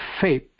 faith